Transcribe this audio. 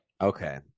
Okay